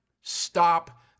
stop